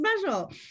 special